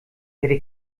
werde